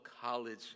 college